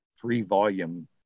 three-volume